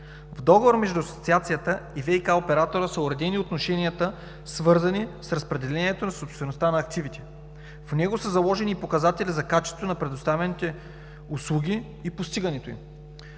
В договора между Асоциацията и ВиК оператора са уредени отношенията, свързани с разпределението собствеността на активите. В него са заложени и показатели за качество на предоставените услуги и постигането им.